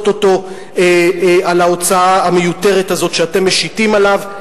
אותו על ההוצאה המיותרת הזו שאתם משיתים עליו,